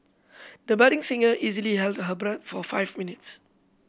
the budding singer easily held her breath for five minutes